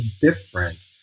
different